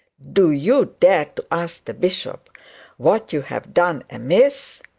do you dare to ask the bishop what you have done amiss?